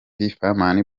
fireman